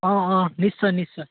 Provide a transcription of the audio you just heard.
অঁ অঁ নিশ্চয় নিশ্চয়